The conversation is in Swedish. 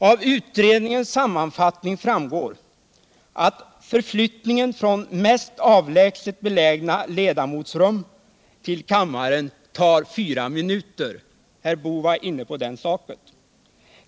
Av utredningens sammanfattning framgår att förflyttningen från mest avlägset belägna ledamotsrum till kammaren tar 4 minuter — herr Boo var inne på den saken.